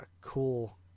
cool